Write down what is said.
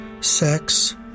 sex